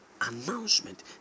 announcement